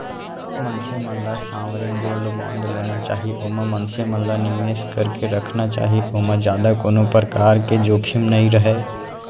मनसे मन ल सॉवरेन गोल्ड बांड लेना चाही ओमा मनसे मन ल निवेस करके रखना चाही ओमा जादा कोनो परकार के जोखिम नइ रहय